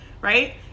right